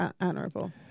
honorable